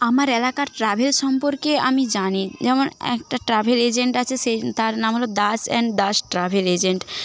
আমার এলাকার ট্রাভেল সম্পর্কে আমি জানি যেমন একটা ট্রাভেল এজেন্ট আছে সে তার নাম হল Das and Das travel agent